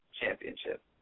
championship